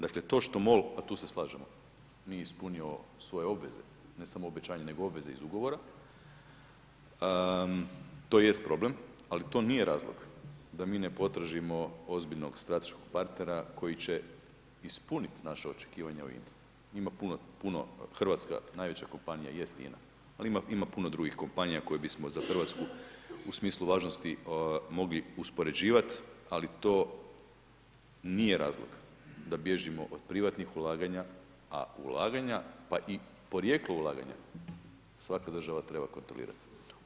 Dakle to što MOL, a tu se slažemo, nije ispunio svoje obveze, ne samo obećanje nego obveze iz ugovora, to jest problem, ali to nije razlog da mi ne potražimo ozbiljno strateškog partnera koji će ispuniti naša očekivanja o INA-i, hrvatska najveća kompanija jest INA, ali ima puno drugih kompanija koje bismo za Hrvatsku u smislu važnosti mogli uspoređivati, ali to nije razlog da bježimo od privatnih ulaganja, a ulaganja pa i porijeklo ulaganja svaka država treba kontrolirati.